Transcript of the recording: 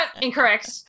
incorrect